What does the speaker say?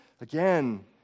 again